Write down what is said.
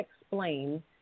explain